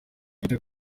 peter